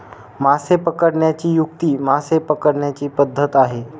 मासे पकडण्याची युक्ती मासे पकडण्याची पद्धत आहे